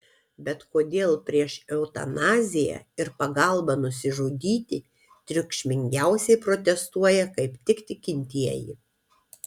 bet kodėl prieš eutanaziją ir pagalbą nusižudyti triukšmingiausiai protestuoja kaip tik tikintieji